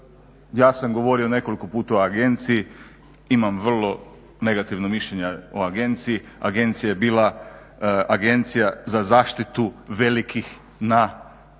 Ja sam govorio nekoliko puta o Agenciji, imam vrlo negativno mišljenje o Agenciji, Agencija je bila agencija za zaštitu velikih na tržišnoj